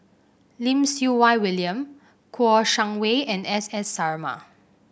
Lim Siew Wai William Kouo Shang Wei and S S Sarma